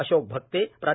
अशोक अक्ते प्रा